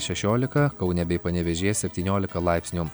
šešiolika kaune bei panevėžyje septyniolika laipsnių